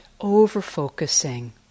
over-focusing